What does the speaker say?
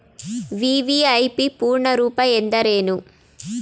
VVIP ಪೂರ್ಣ ರೂಪ ಎಂದರೇನು?